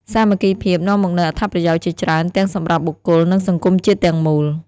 សាមគ្គីភាពនាំមកនូវអត្ថប្រយោជន៍ជាច្រើនទាំងសម្រាប់បុគ្គល និងសង្គមជាតិទាំងមូល។